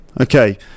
Okay